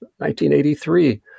1983